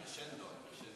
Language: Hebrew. הקרשנדו.